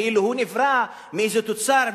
כאילו הוא נברא מאיזה תוצר,